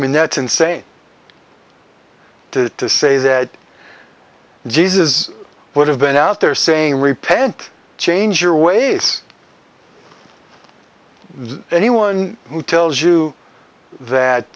mean that's insane to say that jesus would have been out there saying repent change your ways anyone who tells